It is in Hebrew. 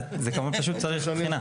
זה פשוט צריך בחינה.